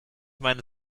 meine